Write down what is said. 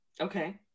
okay